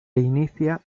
inicia